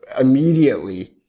immediately